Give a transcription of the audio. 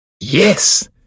Yes